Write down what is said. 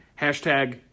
hashtag